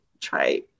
try